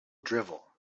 drivel